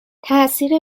تاثیر